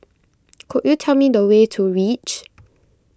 could you tell me the way to Reach